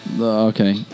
Okay